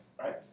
right